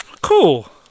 Cool